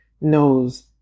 knows